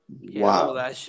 Wow